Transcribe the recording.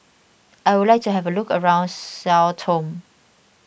I would like to have a look around Sao Tome